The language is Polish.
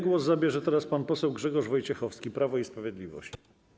Głos zabierze teraz pan poseł Grzegorz Wojciechowski, Prawo i Sprawiedliwość.